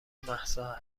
مهسا